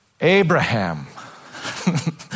Abraham